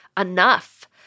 enough